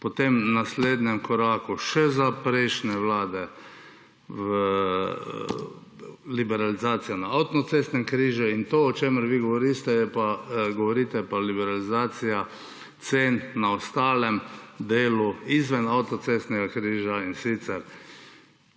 potem v naslednjem koraku še za časa prejšnje vlade liberalizacija na avtocestne križe. In to, o čemer vi govorite, je pa liberalizacija cen na ostalem delu, izven avtocestnega križa, in sicer